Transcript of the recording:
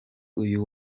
uyu